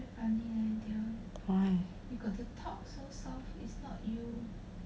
why